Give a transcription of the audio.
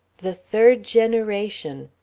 the third generation,